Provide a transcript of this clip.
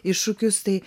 iššūkius tai